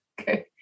Okay